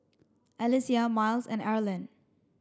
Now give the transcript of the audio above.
Alesia Myles and Arlen